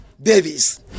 Davis